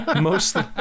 mostly